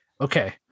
Okay